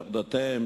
נכדותיהם,